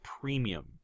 Premium